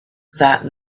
that